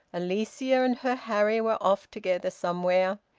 alicia and her harry were off together somewhere.